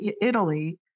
Italy